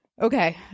Okay